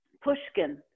Pushkin